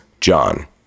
john